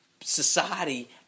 society